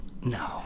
no